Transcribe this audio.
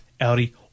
Audi